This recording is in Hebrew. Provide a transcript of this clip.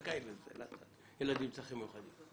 יכול להסיע ילדים עם צרכים מיוחדים.